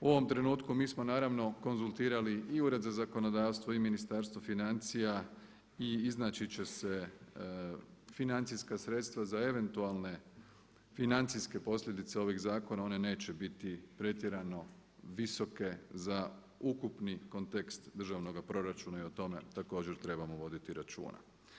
U ovom trenutku mi smo naravno konzultirali i Ured za zakonodavstvo i Ministarstvo financija i iznaći će se financijska sredstva za eventualne financijske posljedice ovih zakona, one neće biti pretjerano visoke za ukupni kontekst državnog proračuna i o tome također trebamo voditi računa.